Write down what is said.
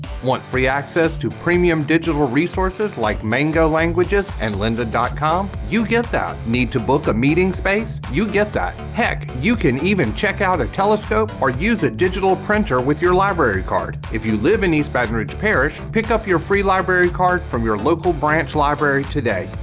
want free access to premium digital resources like mango languages and lynda com? you get that! need to book a meeting space? you get that! heck! you can even check out a telescope or use a digital printer with your library card! if you live in east baton rouge parish, pickup your free library card from your local branch library today!